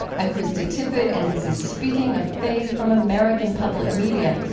i'm krista tippett, and this is speaking of faith from american public media.